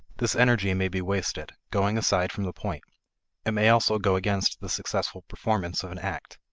this energy may be wasted, going aside from the point it may also go against the successful performance of an act.